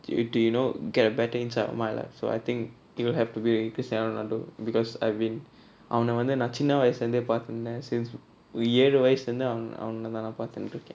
to to you know get a better insight of my life so I think it'll have to be cristiano ronaldo because I've been அவன வந்து நா சின்ன வயசுல இருந்தே பாத்துண்ட:avana vanthu na sinna vayasula irunthe paathunda since ஏழு வயசுல இருந்து அவன அவன நா பாத்துண்டு இருக்க:elu vayasula irunthu avana avana na paathundu iruka